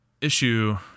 issue